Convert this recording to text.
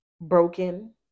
broken